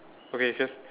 okay can